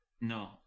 No